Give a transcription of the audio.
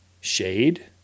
shade